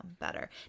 better